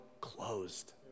closed